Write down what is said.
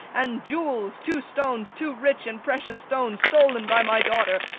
and jewels! two stones, two rich and precious stones, stol'n by my daughter!